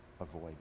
avoid